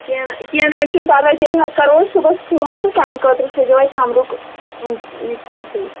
کیٚنٛہہ نہ کیٚنٛہہ نہ حظ چھُنہٕ پَرواے تیٚلہِ حظ کَرو أسۍ صُبحَس فون تہٕ سانہِ خٲطرٕ تھٲیزیو اَتہِ کَمرُک